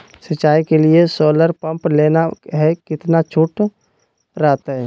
सिंचाई के लिए सोलर पंप लेना है कितना छुट रहतैय?